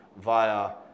via